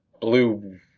blue